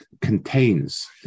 contains